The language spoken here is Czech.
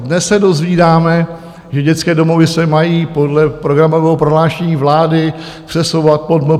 Dnes se dozvídáme, že dětské domovy se mají podle programového prohlášení vlády přesouvat pod MPSV.